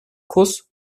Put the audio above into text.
kurs